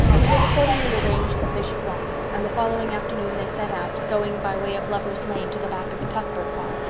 it was accordingly arranged that they should walk, and the following afternoon they set out, going by way of lover's lane to the back of the cuthbert farm,